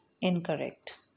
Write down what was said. incorrect